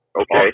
Okay